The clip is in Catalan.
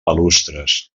balustres